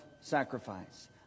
sacrifice